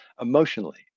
emotionally